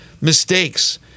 mistakes